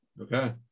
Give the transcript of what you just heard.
Okay